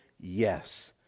Yes